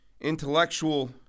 intellectual